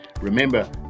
Remember